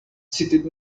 seated